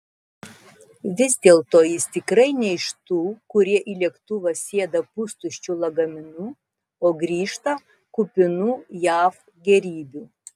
vis dėlto jis tikrai ne iš tų kurie į lėktuvą sėda pustuščiu lagaminu o grįžta kupinu jav gėrybių